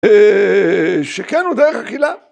אההה... שכן הוא דרך הכילה?